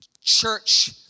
church